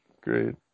Great